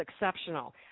exceptional